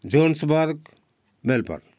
Johannesburg Melbourne